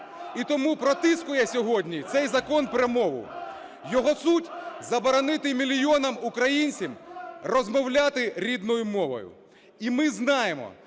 і тому протискує сьогодні цей Закон про мову. Його суть: заборонити мільйонам українців розмовляти рідною мовою. І ми знаємо,